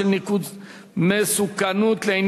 אם